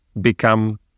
become